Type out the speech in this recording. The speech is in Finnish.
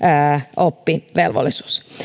oppivelvollisuus